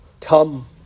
Come